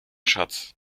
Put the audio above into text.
schatz